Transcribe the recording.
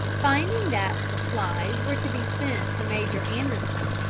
finding that supplies were to be sent to major anderson,